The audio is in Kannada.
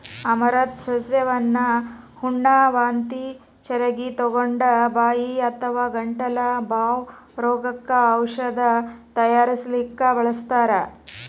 ಅಮರಂಥ್ ಸಸ್ಯವನ್ನ ಹುಣ್ಣ, ವಾಂತಿ ಚರಗಿತೊಗೊಂಡ, ಬಾಯಿ ಅಥವಾ ಗಂಟಲ ಬಾವ್ ರೋಗಕ್ಕ ಔಷಧ ತಯಾರಿಸಲಿಕ್ಕೆ ಬಳಸ್ತಾರ್